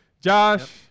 Josh